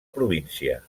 província